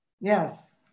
Yes